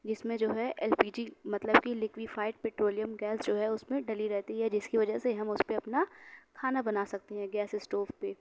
جس میں جو ہے ایل پی جی مطلب کی لکویفائیڈ پٹرولیم گیس جو ہے اس میں ڈلی رہتی ہے جس کی وجہ سے ہم اس پہ اپنا کھانا بنا سکتے ہیں گیس اسٹوو پہ